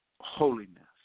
holiness